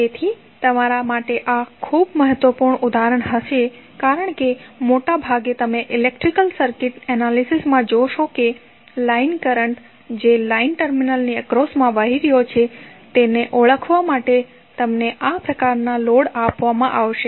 તેથી તમારા માટે આ ખૂબ મહત્વનું ઉદાહરણ હશે કારણ કે મોટાભાગે તમે ઇલેક્ટ્રિકલ સર્કિટ એનાલિસિસમાં જોશો કે લાઈન કરંટ જે લાઈન ટર્મિનલ્સ ની એક્રોસ્મા વહી રહ્યો છે તેને ઓળખવા માટે તમને આ પ્રકારનો લોડ આપવામાં આવશે